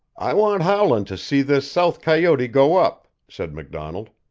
i want howland to see this south coyote go up, said macdonald.